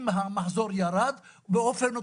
אם המחזור יורד אז האשראי יורד באופן אוטומטי.